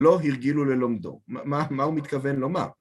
לא הרגילו ללומדו. מה הוא מתכוון לומר?